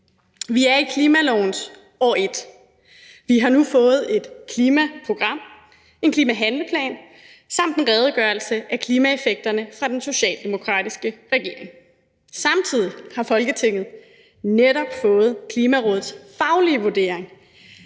Vi er i klimalovens år et. Vi har nu fået et klimaprogram, en klimahandleplan samt en redegørelse af klimaeffekterne fra den socialdemokratiske regering. Samtidig har Folketinget netop fået Klimarådets faglige vurdering